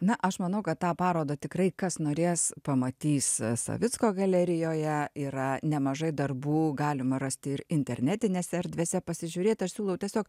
na aš manau kad tą parodą tikrai kas norės pamatys savicko galerijoje yra nemažai darbų galima rasti ir internetinėse erdvėse pasižiūrėt aš siūlau tiesiog